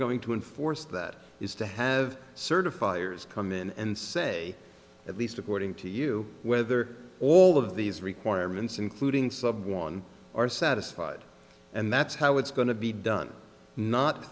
going to enforce that is to have certifiers come in and say at least according to you whether all of these requirements including sub one are satisfied and that's how it's going to be done not